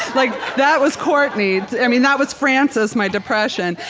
like that was courtney. i mean, that was frances, my depression.